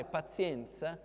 pazienza